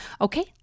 Okay